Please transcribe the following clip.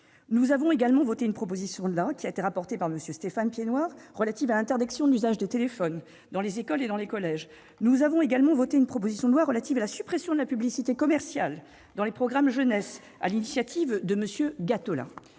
des enfants aux écrans, une proposition de loi, rapportée par Stéphane Piednoir, relative à l'interdiction de l'usage du téléphone dans les écoles et dans les collèges, ainsi qu'une proposition de loi relative à la suppression de la publicité commerciale dans les programmes jeunesse, sur l'initiative de M. Gattolin.